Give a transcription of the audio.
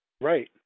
Right